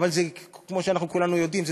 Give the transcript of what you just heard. אבל כמו שכולנו יודעים,